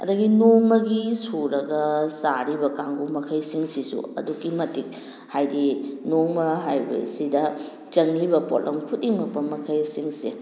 ꯑꯗꯒꯤ ꯅꯣꯡꯃꯒꯤ ꯁꯨꯔꯒ ꯆꯥꯔꯤꯕ ꯀꯥꯡꯒꯨ ꯃꯈꯩꯁꯤꯡꯁꯤꯁꯨ ꯑꯗꯨꯛꯀꯤ ꯃꯇꯤꯛ ꯍꯥꯏꯗꯤ ꯅꯣꯡꯃ ꯍꯥꯏꯕꯁꯤꯗ ꯆꯪꯉꯤꯕ ꯄꯣꯠꯂꯝ ꯈꯨꯗꯤꯡꯃꯛ ꯃꯈꯩꯁꯤꯡꯁꯦ